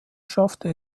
schaffte